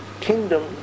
Kingdom